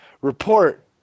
report